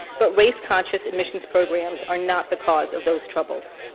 but race conscious admissions programs are not the cause of those troubles.